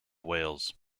wales